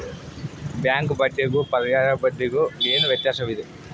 Bank ಬಡ್ಡಿಗೂ ಪರ್ಯಾಯ ಬಡ್ಡಿಗೆ ಏನು ವ್ಯತ್ಯಾಸವಿದೆ?